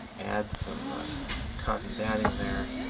add some cotton batting there.